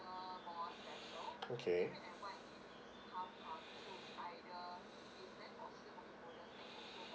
okay